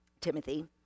Timothy